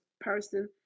person